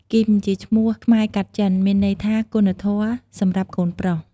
គីមជាឈ្មោះខ្មែរកាត់ចិន មានន័យថាគុណធម៌សម្រាប់កូនប្រុស។